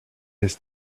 his